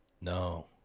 No